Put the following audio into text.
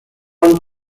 one